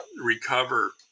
recover